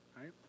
right